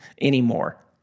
anymore